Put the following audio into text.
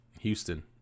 Houston